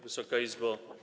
Wysoka Izbo!